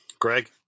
Greg